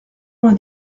vingt